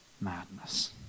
madness